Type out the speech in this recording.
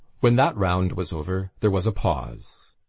when that round was over there was a pause.